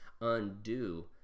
undo